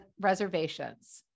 reservations